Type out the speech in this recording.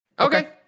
okay